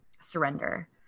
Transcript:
surrender